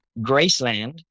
Graceland